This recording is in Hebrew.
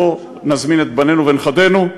לפה נזמין את בנינו ונכדינו.